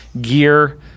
gear